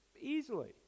easily